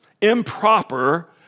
improper